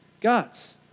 God's